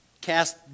Cast